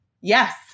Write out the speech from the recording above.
yes